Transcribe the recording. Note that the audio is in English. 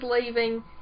leaving